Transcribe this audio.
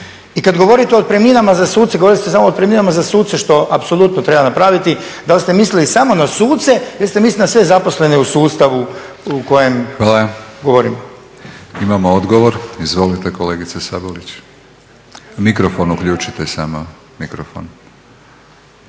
I kad govorite o otpremninama za suce, govorili ste samo o otpremninama za suce što apsolutno treba napraviti, da li ste mislili samo na suce ili ste mislili na sve zaposlene u sustavu o kojem govorimo? **Batinić, Milorad (HNS)** Hvala. Imamo odgovor,